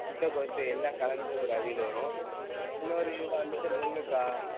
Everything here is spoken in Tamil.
முட்டகோஸ் எல்லாம் கலந்து ஒரு அவியல் வரும் இன்னொரு இதில் வந்துட்டு முருங்கக்காய்